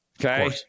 Okay